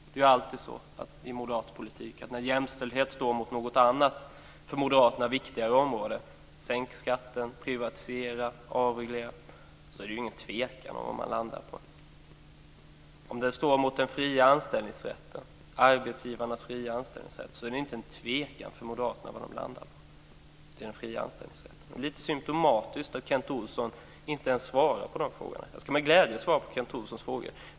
Det är ju alltid så i moderat politik att när jämställdhet står mot något annat för moderaterna viktigare område - sänkning av skatten, privatisering, avreglering - så är det ingen tvekan om var man landar. Om jämställdheten står mot arbetsgivarnas fria anställningsrätt så är det ingen tvekan om var moderaterna landar - den fria anställningsrätten. Det är lite symtomatiskt att Kent Olsson inte ens svarar på dessa frågor. Jag ska med glädje svara på Kent Olssons frågor.